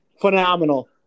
phenomenal